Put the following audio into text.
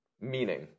meaning